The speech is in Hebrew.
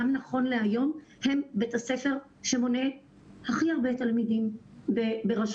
גם נכון להיום הם בית הספר שמונה הכי הרבה תלמידים ברשות